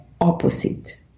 opposite